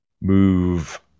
move